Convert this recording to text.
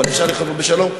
אבל אפשר לחיות בשלום,